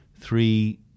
three